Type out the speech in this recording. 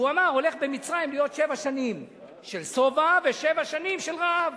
והוא אמר: עומדות להיות במצרים שבע שנים של שובע ושבע שנים של רעב.